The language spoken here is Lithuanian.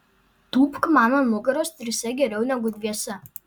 tūpk man ant nugaros trise geriau negu dviese